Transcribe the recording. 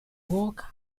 work